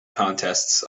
contests